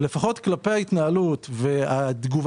אבל לפחות לגבי ההתנהלות והתגובתיות